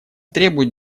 требуют